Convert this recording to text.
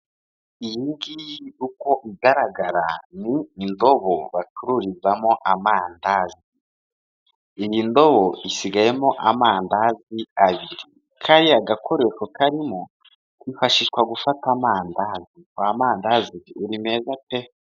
Iyi ngiyi uko igaragara ni indobo bacururizamo amandazi, iyi ndobo isigayemo amandazi abiri, kariya gakoresho karimo kifashishwa mu gufata amandazi, wa mandazi we uri meza pe.